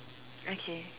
okay